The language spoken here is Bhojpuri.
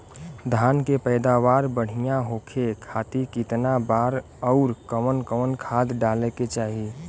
धान के पैदावार बढ़िया होखे खाती कितना बार अउर कवन कवन खाद डाले के चाही?